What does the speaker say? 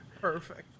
Perfect